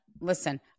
listen